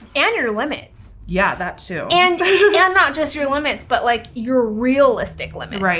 and your limits. yeah, that, too. and yeah not just your limits, but like you're realistic limits.